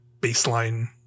baseline